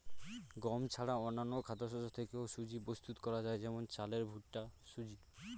গম ছাড়া অন্যান্য খাদ্যশস্য থেকেও সুজি প্রস্তুত করা যায় যেমন চালের ভুট্টার সুজি